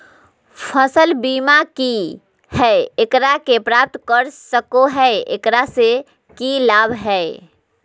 फसल बीमा की है, एकरा के प्राप्त कर सको है, एकरा से की लाभ है?